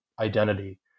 identity